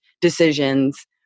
decisions